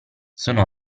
sono